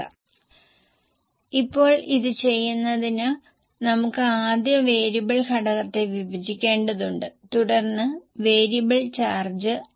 ദയവായി എന്നോടൊപ്പം ഇത് ചെയ്യുക എന്നാൽ സമയം ലാഭിക്കാൻ വേണ്ടി ഞാൻ നിങ്ങൾക്കായി ഫോർമാറ്റ് തയ്യാറാക്കിയിട്ടുണ്ട്